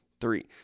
three